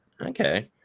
Okay